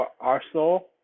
Arsenal